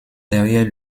derrière